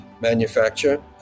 manufacture